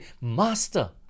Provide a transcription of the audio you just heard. Master